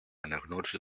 αναγνώρισε